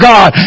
God